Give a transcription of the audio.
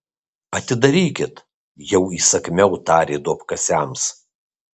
atidarykit jau įsakmiau tarė duobkasiams